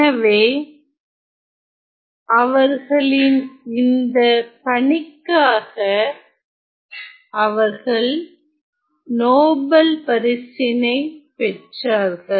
எனவே அவர்களின் இந்த பணிக்காக அவர்கள் நோபல் பரிசினைப்பெற்றார்கள்